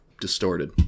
distorted